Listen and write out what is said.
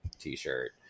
T-shirt